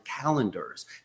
calendars